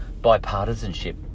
bipartisanship